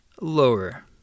lower